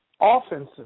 offensive